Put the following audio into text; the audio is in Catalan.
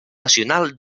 nacional